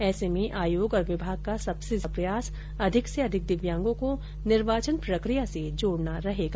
ऐर्से में आयोग और विभाग का सबसे ज्यादा प्रयास अधिक से अधिक दिव्यांगों को निर्वाचन प्रक्रिया से जोड़ना रहेगा